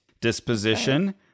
disposition